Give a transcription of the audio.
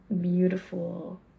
beautiful